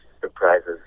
surprises